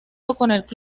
torneos